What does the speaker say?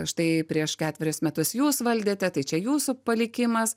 štai prieš ketverius metus jūs valdėte tai čia jūsų palikimas